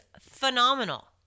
phenomenal